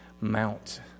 Mount